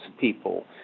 people